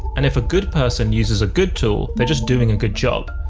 and if a good person uses a good tool, they're just doing a good job.